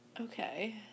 Okay